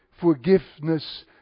forgiveness